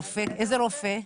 רופא, איזה רופא?